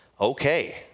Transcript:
Okay